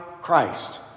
Christ